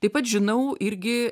taip pat žinau irgi